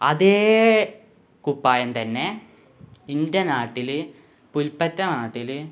അതേ കുപ്പായം തന്നെ എൻ്റെ നാട്ടില് പുൽപ്പറ്റ നാട്ടില്